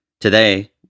Today